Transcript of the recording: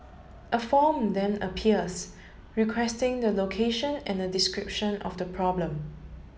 a form then appears requesting the location and a description of the problem